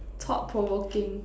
thought provoking